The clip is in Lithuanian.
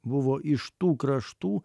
buvo iš tų kraštų